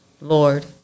Lord